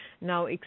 Now